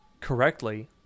correctly